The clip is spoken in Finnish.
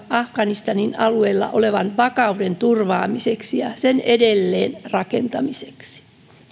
afganistanin alueella olevan vakauden turvaamiseksi ja edelleen rakentamiseksi